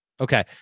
Okay